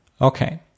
Okay